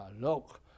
Look